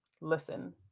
listen